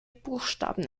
buchstaben